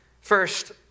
First